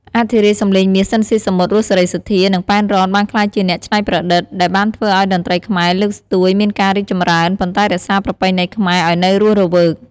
អធិរាជសំឡេងមាស ស៊ីន ស៊ីសាមុត, រស់ សេរីសុទ្ធា និងប៉ែន រ៉ន បានក្លាយជាអ្នកច្នៃប្រឌិត ដែលបានធ្វើឲ្យតន្ត្រីខ្មែរ លើកស្ទួយមានការរីចម្រើន ប៉ុន្តែរក្សាប្រពៃណីខ្មែរឲ្យនៅរស់រវើក។